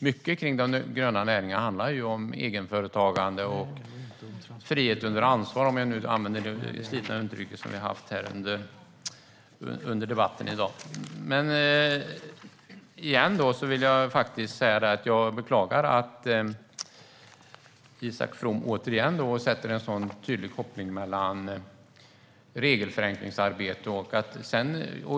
Mycket kring den gröna näringen handlar om egenföretagande och frihet under ansvar, om jag nu använder det slitna uttryck som har använts här under debatten i dag. Jag vill ännu en gång säga att jag beklagar att Isak From gör en tydlig koppling till regelförenklingsarbetet här.